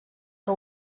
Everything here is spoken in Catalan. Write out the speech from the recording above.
que